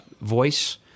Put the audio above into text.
Voice